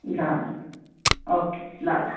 ल ओके ल ल